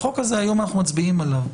היום אנחנו מצביעים על החוק הזה.